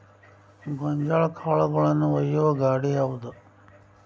ಗೋಂಜಾಳ ಕಾಳುಗಳನ್ನು ಒಯ್ಯುವ ಗಾಡಿ ಯಾವದು?